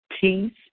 peace